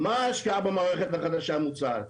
מה ההשקעה במערכת החדשה המוצעת?